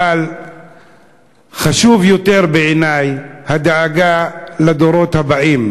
אבל חשובה יותר בעיני הדאגה לדורות הבאים.